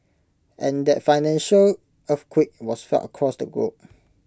and that financial earthquake was felt across the globe